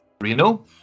Reno